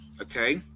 Okay